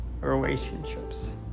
relationships